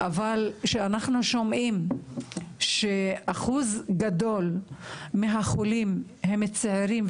אבל כשאנחנו שומעים שאחוז גדול מהחולים הם צעירים,